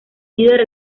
líder